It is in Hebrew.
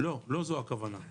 לא זו הכוונה.